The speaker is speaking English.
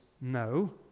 no